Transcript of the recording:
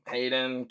Hayden